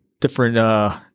different